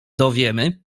dowiemy